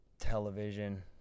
Television